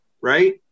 right